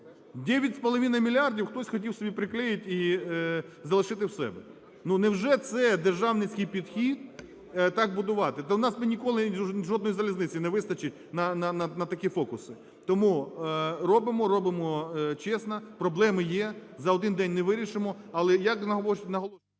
мільярдів хтось хотів собі приклеїти і залишити в себе. Ну, невже це державницький підхід так будувати? Та в нас би ніколи жодної залізниці не вистачить на такі фокуси. Тому робимо, робимо чесно. Проблеми є, за один день не вирішимо,